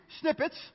snippets